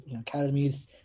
academies